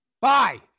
bye